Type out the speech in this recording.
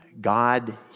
God